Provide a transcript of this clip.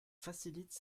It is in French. facilite